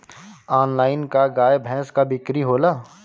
Online का गाय भैंस क बिक्री होला?